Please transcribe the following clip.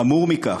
חמור מכך,